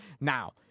Now